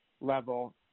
level